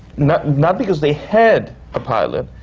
not not because they had a pilot,